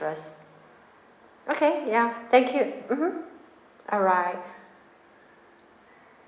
okay ya thank you mmhmm alright